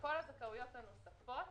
על כל הזכאויות הנוספות,